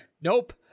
nope